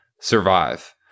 survive